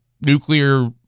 nuclear